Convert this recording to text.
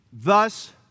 Thus